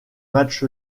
match